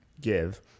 give